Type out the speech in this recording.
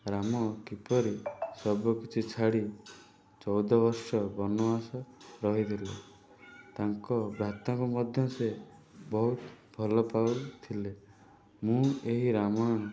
ରାମ କିପରି ସବୁ କିଛି ଛାଡ଼ି ଚଉଦ ବର୍ଷ ବନବାସ ରହିଥିଲେ ତାଙ୍କ ଭ୍ରାତାଙ୍କୁ ମଧ୍ୟ ସେ ବହୁତ ଭଲ ପାଉଥିଲେ ମୁଁ ଏହି ରାମ